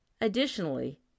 Additionally